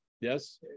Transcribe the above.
Yes